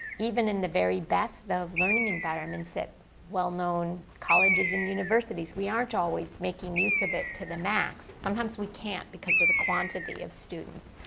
even in the very best of learning environments at well-known colleges and universities, we aren't always making use of it to the max. sometimes we can't because of the quantity of students.